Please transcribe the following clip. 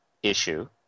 issue